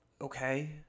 okay